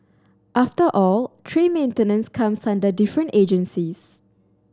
after all tree maintenance comes under different agencies